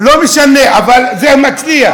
לא משנה, אבל זה מצליח.